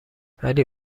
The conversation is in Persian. ولی